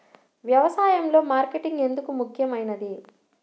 వ్యసాయంలో మార్కెటింగ్ ఎందుకు ముఖ్యమైనది?